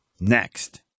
next